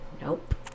Nope